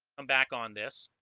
i'm back on this